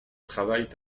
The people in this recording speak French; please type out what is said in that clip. travaillent